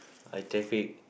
ah traffic